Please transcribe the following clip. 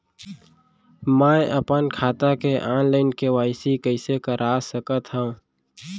मैं अपन खाता के ऑनलाइन के.वाई.सी कइसे करा सकत हव?